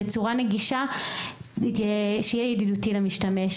שזה יהיה נגיש וידידותי למשתמש.